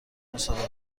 مسابقه